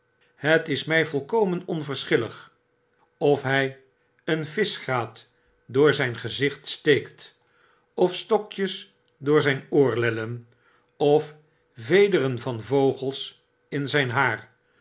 het is my volkomen onverschillig of hij een vischgraat door zjjn gezicht steekt of stokjes door zp oorlellen of vederen van vogels in zjjn haar